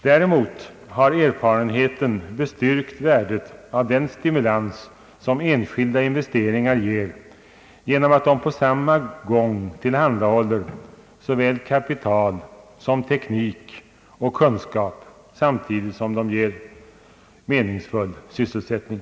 Däremot har erfarenheten bestyrkt värdet av den stimulans som enskilda investeringar ger genom att de tillhandahåller såväl kapital som teknik och kunskap, samtidigt som de ger meningsfylld sysselsättning.